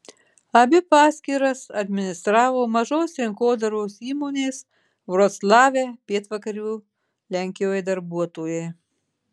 abi paskyras administravo mažos rinkodaros įmonės vroclave pietvakarių lenkijoje darbuotojai